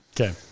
Okay